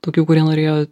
tokių kurie norėjo